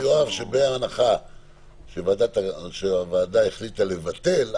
אומר יואב שבהנחה שהוועדה החליטה לבטל,